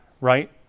right